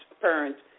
parents